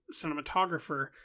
cinematographer